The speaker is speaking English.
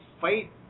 fight